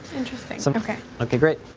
interesting, so okay. okay, great.